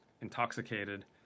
intoxicated